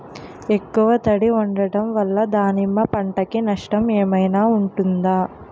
ఎక్కువ తడి ఉండడం వల్ల దానిమ్మ పంట కి నష్టం ఏమైనా ఉంటుందా?